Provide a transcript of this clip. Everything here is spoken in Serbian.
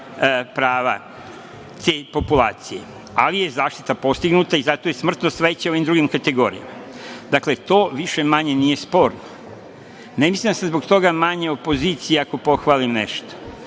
prava te populacije, ali je zaštita postignuta i zato je smrtnost veća u ovim drugim kategorijama. Dakle, to više-manje nije sporno. Ne mislim da sam zbog toga manje opozicija ako pohvalim nešto,